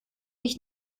ich